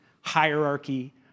hierarchy